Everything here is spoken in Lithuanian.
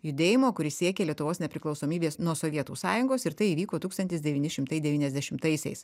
judėjimo kuris siekė lietuvos nepriklausomybės nuo sovietų sąjungos ir tai įvyko tūkstantis devyni šimtai devyniasdešimtaisiais